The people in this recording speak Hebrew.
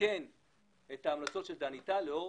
לתקן את ההמלצות של דני טל לאור